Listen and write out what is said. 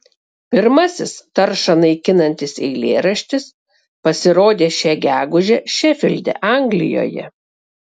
pirmasis taršą naikinantis eilėraštis pasirodė šią gegužę šefilde anglijoje